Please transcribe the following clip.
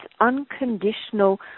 unconditional